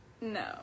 No